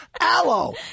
aloe